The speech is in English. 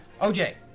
OJ